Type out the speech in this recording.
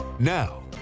Now